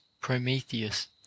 Prometheus